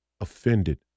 offended